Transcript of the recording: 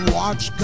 watch